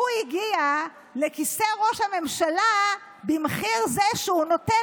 הוא הגיע לכיסא ראש הממשלה במחיר זה שהוא נותן